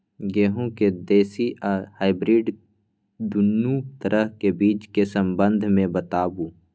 गेहूँ के देसी आ हाइब्रिड दुनू तरह के बीज के संबंध मे बताबू?